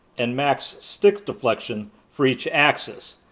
and max stick deflection for each axis.